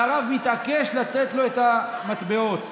והרב מתעקש לתת לו את המטבעות.